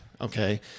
okay